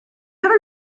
other